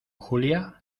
julia